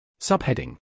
Subheading